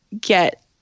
get